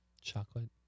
Chocolate